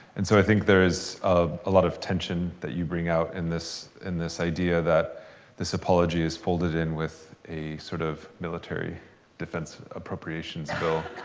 and so i think there is of a lot of tension that you bring out, in this in this idea that this apology is folded in with a sort of military defense appropriations bill,